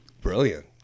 Brilliant